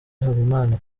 habimana